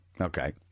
Okay